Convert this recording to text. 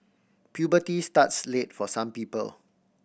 puberty starts late for some people